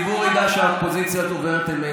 הציבור ידע שהאופוזיציה דוברת אמת.